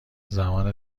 زمان